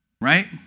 right